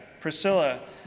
Priscilla